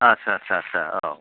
आदसा आदसा आदसा औ